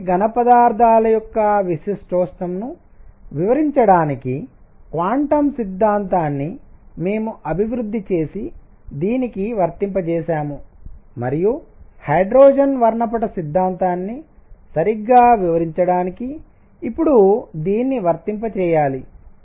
కాబట్టి ఘనపదార్థాల యొక్క విశిష్టోష్ణం ను వివరించడానికి క్వాంటం సిద్ధాంతాన్ని మేము అభివృద్ధి చేసి దీనికి వర్తింపజేశాం మరియు హైడ్రోజన్ వర్ణపట సిద్ధాంతాన్ని సరిగ్గా వివరించడానికి ఇప్పుడు దీన్ని వర్తింపజేయాలి